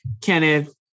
Kenneth